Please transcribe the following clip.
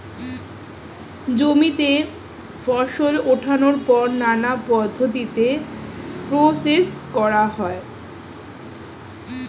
জমিতে ফসল ওঠার পর নানা পদ্ধতিতে প্রসেস করা হয়